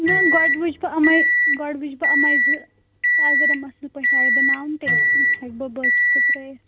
نہَ گۄڈٕ وُچھٕ بہٕ یِمَے گۄڈٕ وُچھٕ بہٕ یِمے زٕ اگر یِم اَصٕل پٲٹھۍ آیہِ بَناونہٕ تیٚلہِ ہٮ۪کہٕ بہٕ باقٕے تہِ ترٛٲوِتھ